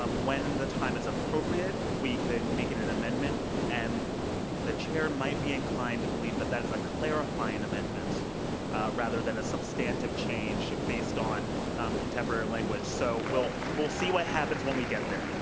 um when and the time is appropriate, we could make it an amendment and the chair might be inclined to believe that that is a clarifying amendment rather than a substantive change based on contemporary language. so we'll we'll see what happens when we get there.